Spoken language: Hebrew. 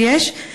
שיש.